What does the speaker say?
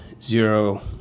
zero